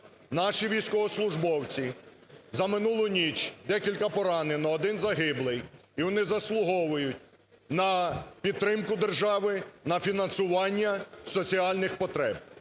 Наші військовослужбовці, за минулу ніч декілька поранено, один загиблий. І вони заслуговують на підтримку держави, на фінансування соціальних потреб.